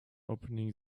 opening